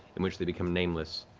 in which they become nameless.